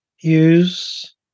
use